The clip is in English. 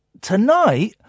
tonight